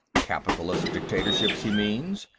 capitalistic dictatorships, he means,